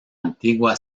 antigua